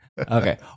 Okay